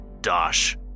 Dosh